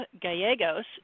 Gallegos